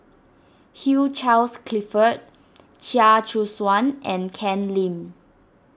Hugh Charles Clifford Chia Choo Suan and Ken Lim